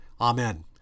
Amen